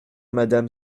madame